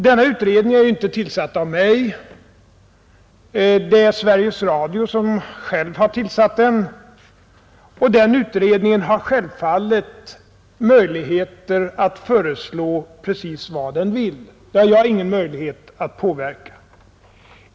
Denna utredning är inte tillsatt av mig — det är Sveriges Radio som själv tillsatt den — och utredningen har självfallet möjligheter att föreslå precis vad den vill. Det kan jag inte påverka.